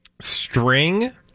string